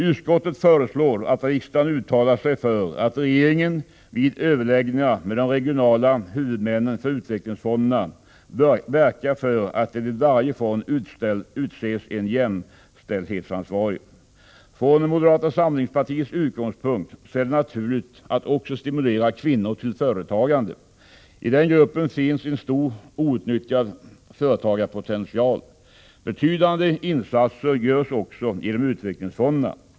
Utskottet föreslår att riksdagen uttalar sig för att regeringen vid överläggningar med de regionala huvudmännen för utvecklingsfonderna verkar för att det vid varje fond utses en jämställdhetsansvarig. Från moderata samlingspartiets utgångspunkt är det naturligt att också stimulera kvinnor till företagande. I denna grupp finns en stor outnyttjad företagarpotential. Betydande insatser görs också genom utvecklingsfonderna.